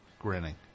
grinning